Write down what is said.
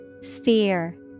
Sphere